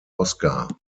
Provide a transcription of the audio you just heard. oscar